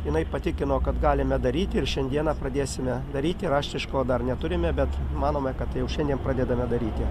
jinai patikino kad galime daryti ir šiandieną pradėsime daryti raštiško dar neturime bet manome kad tai jau šiandien pradedame daryti